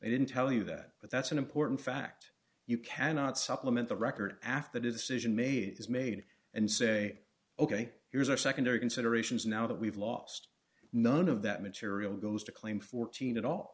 they didn't tell you that but that's an important fact you cannot supplement the record after decision made is made and say ok here's our secondary considerations now that we've lost none of that material goes to claim fourteen at all